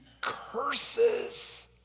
curses